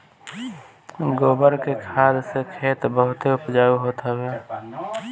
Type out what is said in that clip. गोबर के खाद से खेत बहुते उपजाऊ होत हवे